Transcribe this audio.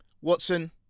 Watson